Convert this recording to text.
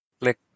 Click